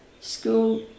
school